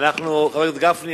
חבר הכנסת גפני,